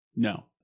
No